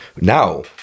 now